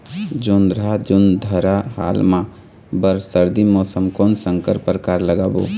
जोंधरा जोन्धरा हाल मा बर सर्दी मौसम कोन संकर परकार लगाबो?